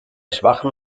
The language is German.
schwachem